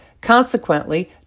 Consequently